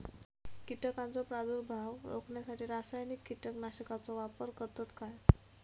कीटकांचो प्रादुर्भाव रोखण्यासाठी रासायनिक कीटकनाशकाचो वापर करतत काय?